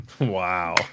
wow